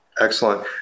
Excellent